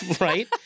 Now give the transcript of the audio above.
Right